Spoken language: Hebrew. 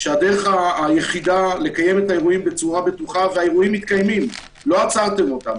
יש תהליך מסודר, איך לעשות את זה.